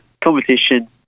competition